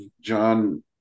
john